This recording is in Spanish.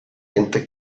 gente